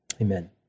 Amen